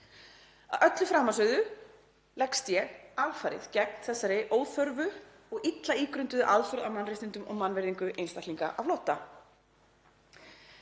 Að öllu framansögðu leggst ég alfarið gegn þessari óþörfu og illa ígrunduðu aðför að mannréttindum og mannvirðingu einstaklinga á flótta.